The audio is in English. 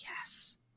yes